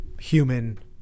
human